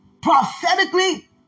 prophetically